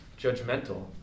judgmental